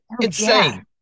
insane